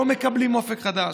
לא מקבלים אופק חדש.